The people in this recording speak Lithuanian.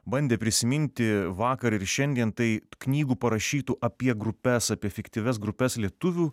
bandė prisiminti vakar ir šiandien tai knygų parašytų apie grupes apie fiktyvias grupes lietuvių